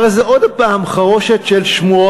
הרי זה שוב חרושת של שמועות,